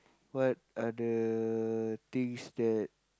what are the things that